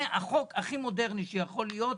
זה החוק הכי מודרני שיכול להיות,